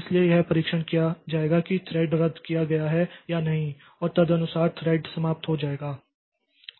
इसलिए यह परीक्षण किया जाएगा कि थ्रेड रद्द किया गया है या नहीं और तदनुसार थ्रेड समाप्त हो जाएगा